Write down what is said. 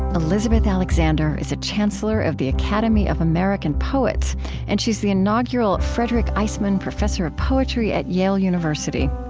elizabeth alexander is a chancellor of the academy of american poets and she's the inaugural frederick iseman professor of poetry at yale university.